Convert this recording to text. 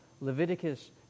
Leviticus